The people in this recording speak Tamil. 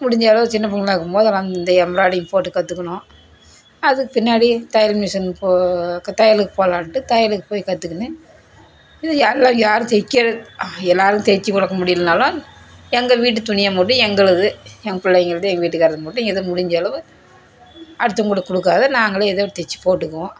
முடிஞ்ச அளவு சின்ன பிள்ளையா இருக்கும் போது இந்த எம்ராய்டிங் போட கற்றுக்கினோம் அதுக்கு பின்னாடி தையல் மிஷின் தையலுக்கு போலாண்டு தையலுக்கு போயி கற்றுக்கினு இது எல்லாம் யார் தைக்கிறது எல்லோரும் தைச்சு கொடுக்க முடியலைனாலும் எங்கள் வீட்டு துணியை மட்டும் எங்களது எங்கள் பிள்ளைங்க இது எங்கள் வீட்டுக்காரரது மட்டும் ஏதோ முடிஞ்ச அளவு அடுத்தவர்களுக்கு கொடுக்காத நாங்களே ஏதோ ஒன்று தச்சு போட்டுக்குவோம்